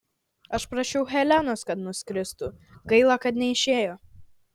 aš prašiau helenos kad nuskristų gaila kad neišėjo